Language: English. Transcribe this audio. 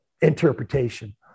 interpretation